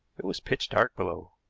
it was pitch dark below.